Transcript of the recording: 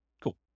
Cool